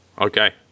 Okay